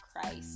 Christ